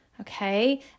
Okay